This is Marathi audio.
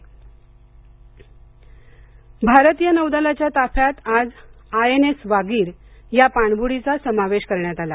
पाणबडी वागीर भारतीय नौदलाच्या ताफ्यात आज आयएनएस वागीर या पाणबुडीचा समावेश करण्यात आला